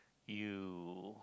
you